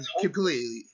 completely